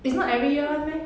it's not every year one meh